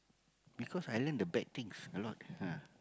because I learn the bad things a lot ah